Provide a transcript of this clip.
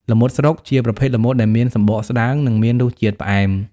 ល្មុតស្រុក ជាប្រភេទល្មុតដែលមានសំបកស្តើង និងមានរសជាតិផ្អែម។